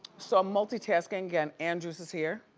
so i'm multi-tasking again, andrews is here.